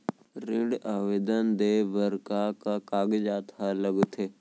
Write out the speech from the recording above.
ऋण आवेदन दे बर का का कागजात ह लगथे?